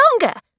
longer